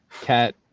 Cat